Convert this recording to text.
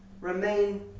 remain